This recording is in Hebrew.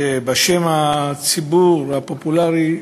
ששמה הציבורי הפופולרי,